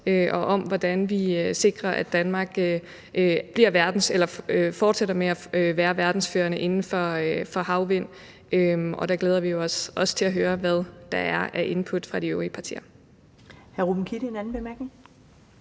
og om, hvordan vi sikrer, at Danmark fortsætter med at være verdensførende inden for havvind. Og der glæder vi os også til at høre, hvad der er af input fra de øvrige partier.